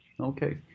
Okay